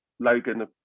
Logan